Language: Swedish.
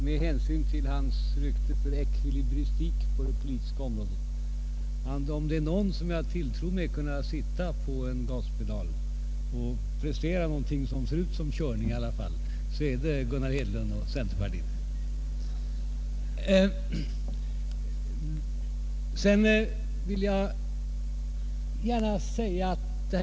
Med hänsyn till hans rykte för ekvilibristik på det politiska området vill jag säga att om det är någon som jag tilltror att kunna sitta och trycka på en gaspedal och prestera någonting som i alla fall ser ut som körning, så är det Gunnar Hedlund och centerpartiet.